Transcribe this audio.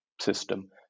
system